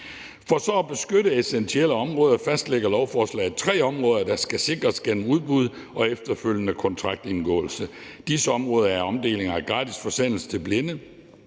For så at beskytte essentielle områder fastlægger lovforslaget tre områder, der skal sikres gennem udbud og efterfølgende kontraktindgåelse. Disse områder er omdeling af gratis forsendelser til blinde,